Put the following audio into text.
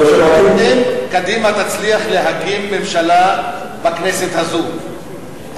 אם קדימה תצליח להקים ממשלה בכנסת הזו,